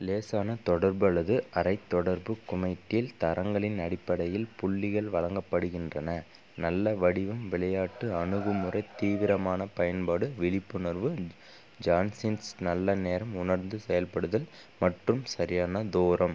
லேசான தொடர்பு அல்லது அரை தொடர்பு குமைட்டில் தரங்களின் அடிப்படையில் புள்ளிகள் வழங்கப்படுகின்றன நல்ல வடிவம் விளையாட்டு அணுகுமுறை தீவிரமான பயன்பாடு விழிப்புணர்வு ஜான்ஷின் நல்ல நேரம் உணர்ந்து செயல்படுதல் மற்றும் சரியான தூரம்